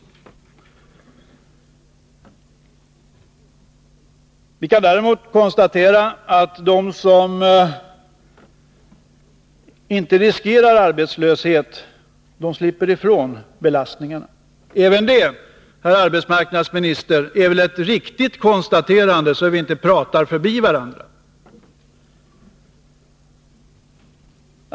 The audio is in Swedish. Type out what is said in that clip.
Däremot kan vi konstatera att de som inte riskerar arbetslöshet slipper ifrån belastningen. Även detta, herr arbetsmarknadsminister, är väl ett riktigt konstaterande — eller hur? Det är viktigt att vi inte pratar förbi varandra.